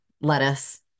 lettuce